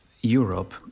Europe